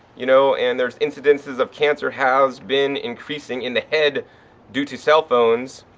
you know, and there's incidences of cancer has been increasing in the head due to cell phones,